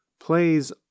plays